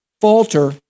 Falter